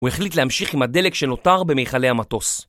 הוא החליט להמשיך עם הדלק שנותר במיכלי המטוס